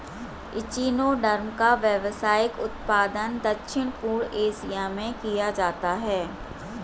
echinoderm का व्यावसायिक उत्पादन दक्षिण पूर्व एशिया में किया जाता है